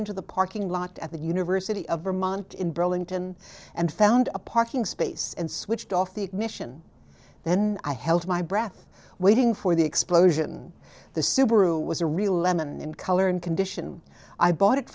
into the parking lot at the university of vermont in burlington and found a parking space and switched off the ignition then i held my breath waiting for the explosion the subaru was a real lemon in color and condition i bought it